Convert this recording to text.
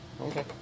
Okay